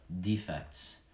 defects